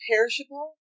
Perishable